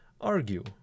argue